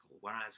whereas